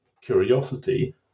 curiosity